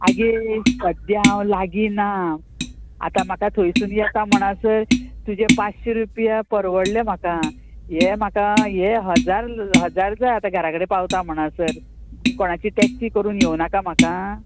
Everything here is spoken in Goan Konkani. आगे सद्द्या हांव लागीं ना आतां म्हाका थंयसून येता म्हणा सर तुजें पांचशें रुपया परवडलें म्हाका हे म्हाका हे हजार हजार जाय आतां घरा कडेन पावता म्हणा सर कोणाची टॅक्सी करून येवनाका म्हाका